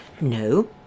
No